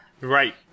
Right